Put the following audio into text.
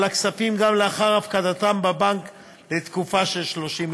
הכספים גם לאחר הפקדתם בבנק לתקופה של 30 יום.